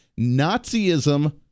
Nazism